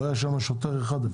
לא היה שם שוטר אחד.